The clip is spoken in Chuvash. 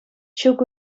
чӳк